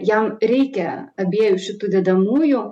jam reikia abiejų šitų dedamųjų